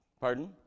pardon